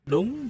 Đúng